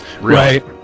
right